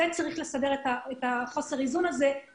את חוסר האיזון הזה צריך לסדר.